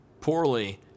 poorly